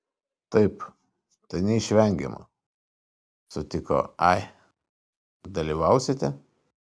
taip tai neišvengiama sutiko ai dalyvausite